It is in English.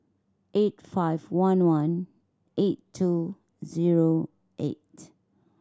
eight five one one eight two zero eight